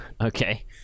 Okay